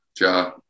Ja